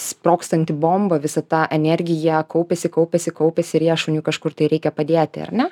sprogstanti bomba visą tą energiją kaupėsi kaupėsi kaupėsi ir ją šuniui kažkur tai reikia padėti ar ne